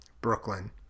Brooklyn